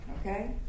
Okay